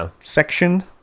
section